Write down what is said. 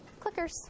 Clickers